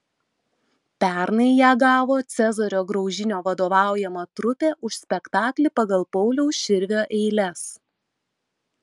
pernai ją gavo cezario graužinio vadovaujama trupė už spektaklį pagal pauliaus širvio eiles